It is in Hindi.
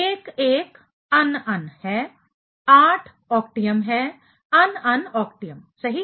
1 1 अनअन है 8 अक्टियम है अनअनअक्टियम सही